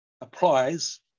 applies